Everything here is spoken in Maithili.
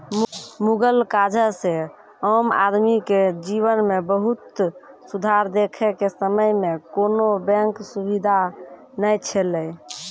मुगल काजह से आम आदमी के जिवन मे बहुत सुधार देखे के समय मे कोनो बेंक सुबिधा नै छैले